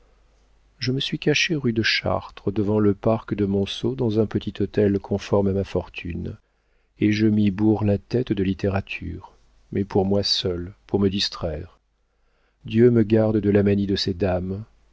je me suis cachée rue de chartres devant le parc de monceaux dans un petit hôtel conforme à ma fortune et je m'y bourre la tête de littérature mais pour moi seule pour me distraire dieu me garde de la manie de ces dames